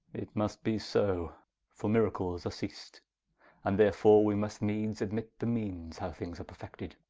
it must be so for miracles are ceast and therefore we must needes admit the meanes, how things are perfected